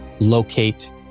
locate